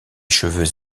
cheveux